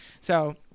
So-